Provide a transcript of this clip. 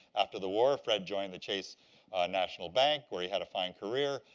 after the war, fred joined the chase national bank where he had a fine career.